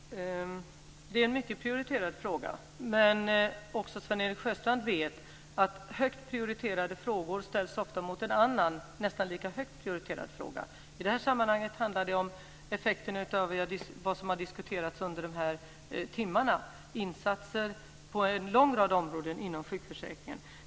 Herr talman! Det är en mycket prioriterad fråga. Men också Sven-Erik Sjöstrand vet att en högt prioriterad fråga ofta ställs mot en annan nästan lika högt prioriterad fråga. I det här sammanhanget handlar det om effekten av det som har diskuterats under de här timmarna, insatser på en lång rad områden inom sjukförsäkringen.